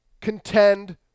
contend